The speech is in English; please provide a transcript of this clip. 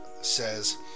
says